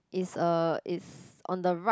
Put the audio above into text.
it's uh it's on the right